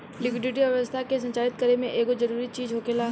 liquidity अर्थव्यवस्था के संचालित करे में एगो जरूरी चीज होखेला